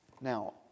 Now